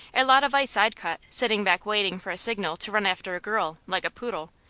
a lot of ice i'd cut, sitting back waiting for a signal to run after a girl, like a poodle.